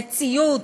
בציוץ,